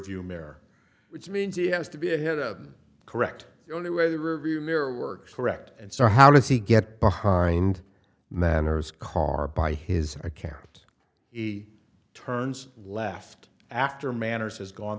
view mirror which means he has to be ahead of correct the only way the rear view mirror works correct and so how does he get behind manners car by his account is a turns left after manners has gone